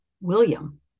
William